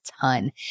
ton